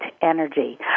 energy